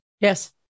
Yes